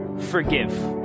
forgive